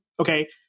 Okay